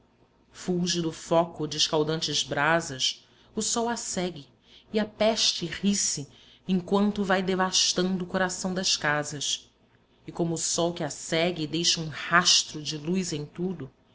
mudo fúlgido foco de escaldantes brasas o sol a segue e a peste ri-se enquanto vai devastando o coração das casas e como o sol que a segue e deixa um rastro de luz em tudo